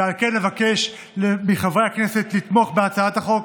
ועל כן אבקש מחברי הכנסת לתמוך בהצעת החוק